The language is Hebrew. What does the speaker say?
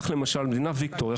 כך למשל במדינת ויקטוריה,